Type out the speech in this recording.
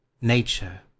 nature